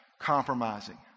compromising